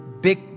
big